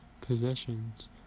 possessions